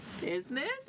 business